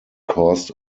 caused